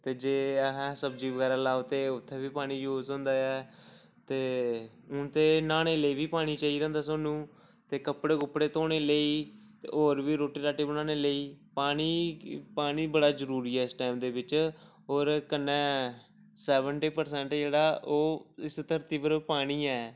ते जे असें सब्जी बगैरा लाओ ते उत्थै बी पानी यूज होंदा ऐ ते हून ते न्हानै लेई बी पानी चाहिदा होंदा सानूं ते कपड़े कुपड़े धोने लेई ते होर बी रुट्टी रट्टी बनाने लेई पानी पानी बड़ा जरूरी ऐ इस टाईम दे बिच्च होर कन्नै सेवनटी परसेंट जेह्ड़ा ओह् इस धरती पर पानी ऐ